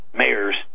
mayors